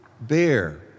bear